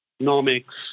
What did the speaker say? economics